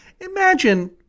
imagine